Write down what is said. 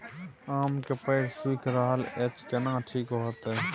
आम के पेड़ सुइख रहल एछ केना ठीक होतय?